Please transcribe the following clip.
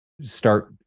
start